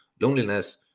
loneliness